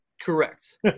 Correct